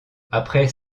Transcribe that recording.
après